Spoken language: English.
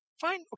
fine